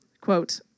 Quote